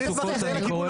אני אשמח שזה יהיה לכיוון